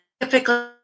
Typically